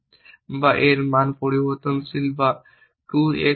বা এর মান পরিবর্তনশীল বা 2 x i এর জন্য